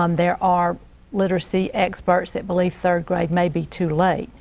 um there are literacy experts that believe third grade may be too late.